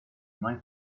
noi